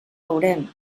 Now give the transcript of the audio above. veurem